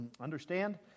understand